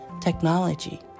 technology